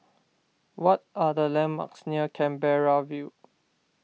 what are the landmarks near Canberra View